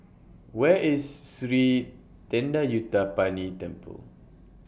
Where IS Sri Thendayuthapani Temple